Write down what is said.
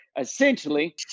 essentially